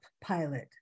pilot